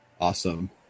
Awesome